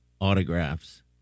autographs